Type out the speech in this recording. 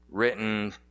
written